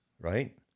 right